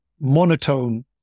monotone